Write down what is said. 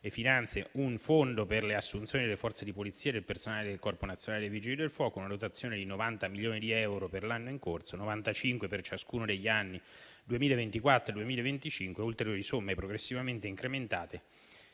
finanze, un fondo per le assunzioni delle Forze di polizia e del personale del Corpo nazionale dei vigili del fuoco, con una dotazione di 90 milioni di euro per l'anno in corso, di 95 milioni per ciascuno degli anni 2024 e 2025 e di ulteriori somme che saranno progressivamente incrementate